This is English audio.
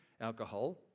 alcohol